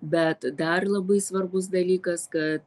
bet dar labai svarbus dalykas kad